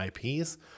IPs